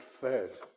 fed